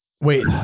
wait